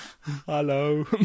Hello